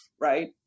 right